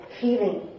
feeling